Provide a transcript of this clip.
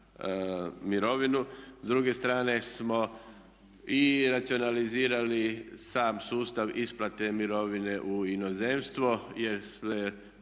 mirovinu, s druge strane smo i racionalizirali sam sustav isplate mirovine u inozemstvo jer se